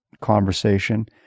conversation